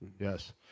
yes